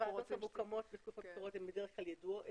הוועדות המוקמות בתקופות בחירות הן ידועות,